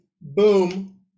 boom